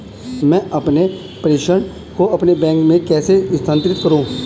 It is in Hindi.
मैं अपने प्रेषण को अपने बैंक में कैसे स्थानांतरित करूँ?